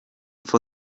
for